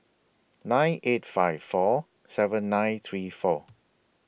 nine eight five four seven nine three four